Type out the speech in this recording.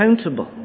accountable